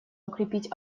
укрепить